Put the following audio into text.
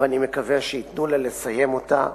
ואני מקווה שייתנו לה לסיים אותה.